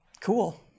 Cool